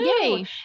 Yay